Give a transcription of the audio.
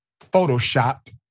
photoshopped